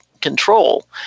control